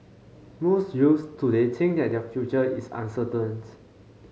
most youths today think that their future is uncertain